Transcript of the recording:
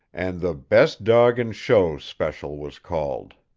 and the best dog in show special was called.